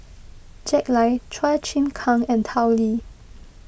Jack Lai Chua Chim Kang and Tao Li